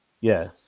Yes